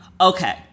okay